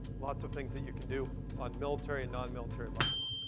lots of things that you can do on military and non-military levels.